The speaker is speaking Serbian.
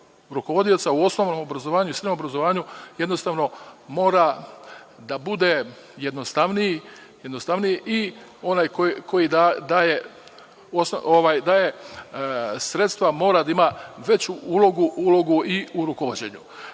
rukovodioca u osnovnom i srednjem obrazovanju jednostavno mora da bude jednostavniji i onaj koji daje sredstva mora da ima veću ulogu i u rukovođenju.